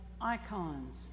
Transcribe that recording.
icons